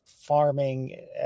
farming